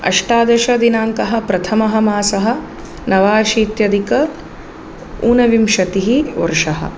अष्टादशदिनाङ्कः प्रथमः मासः नवाशित्यधिक ऊनविंशतिः वर्षः